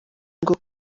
ngo